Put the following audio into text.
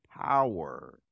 power